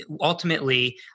ultimately